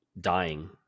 dying